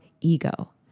ego